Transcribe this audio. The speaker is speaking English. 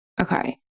okay